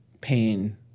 pain